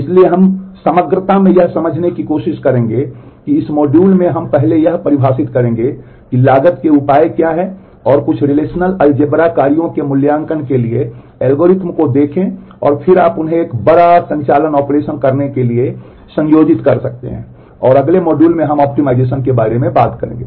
इसलिए हम समग्रता में यह समझने की कोशिश करेंगे कि इस मॉड्यूल में हम पहले यह परिभाषित करेंगे कि लागत के उपाय क्या हैं और कुछ रिलेशनल अलजेब्रा के बारे में बात करेंगे